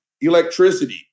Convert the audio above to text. electricity